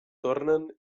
tornen